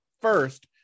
first